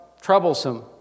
troublesome